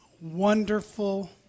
wonderful